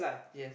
yes